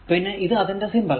പിന്നെ ഇത് അതിന്റെ സിംബൽ